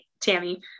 Tammy